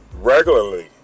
Regularly